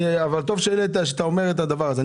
טוב שהעלית את הנושא וטוב שאתה אומר את הדבר הזה.